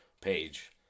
page